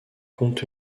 compte